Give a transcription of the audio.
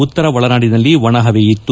ಉತ್ತರ ಒಳನಾಡಿನದಲ್ಲಿ ಒಣಹವೆ ಇತ್ತು